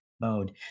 mode